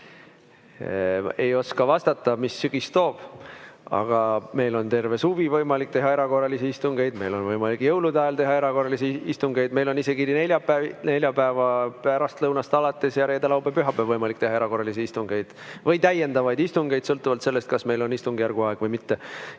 Ei oska vastata, mis sügis toob. Aga meil on terve suvi võimalik teha erakorralisi istungeid, meil on võimalik jõulude ajal teha erakorralisi istungeid, meil on isegi neljapäeva pärastlõunast alates reede-laupäev-pühapäev võimalik teha erakorralisi istungeid või täiendavaid istungeid, sõltuvalt sellest, kas meil on istungjärgu aeg või mitte.